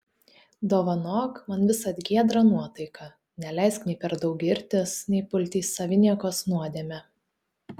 dovanok man visad giedrą nuotaiką neleisk nei per daug girtis nei pulti į saviniekos nuodėmę